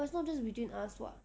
but it's not just between us [what]